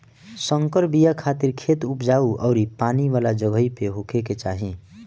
संकर बिया खातिर खेत उपजाऊ अउरी पानी वाला जगही पे होखे के चाही